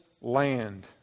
land